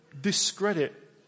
discredit